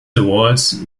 awards